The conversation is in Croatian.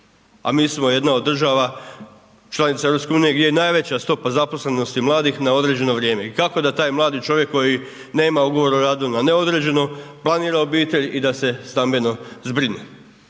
A mi smo jedna od država, članica EU gdje je najveća stopa zaposlenosti mladih na određeno vrijeme. I kako da taj mladi čovjek koji nema ugovor o radu na neodređeno planira obitelj i da se stambeno zbrine.